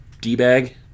D-bag